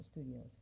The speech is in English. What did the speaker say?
studios